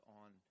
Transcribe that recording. on –